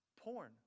Porn